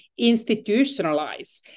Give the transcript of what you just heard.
institutionalize